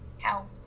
How-